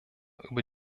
über